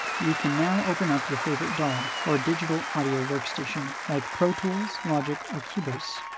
you can now open up your favorite daw, or digital audio workstation, like pro tools, logic, or cubase.